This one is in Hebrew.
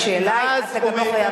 השאלה, אתה גם לא חייב